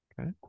Okay